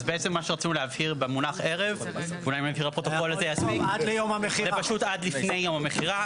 מה שרצינו להבהיר במונח "ערב" זה פשוט על לפני יום המכירה,